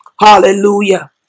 Hallelujah